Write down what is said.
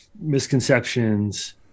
misconceptions